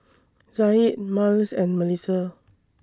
Zaid Myles and Melisa